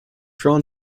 drawn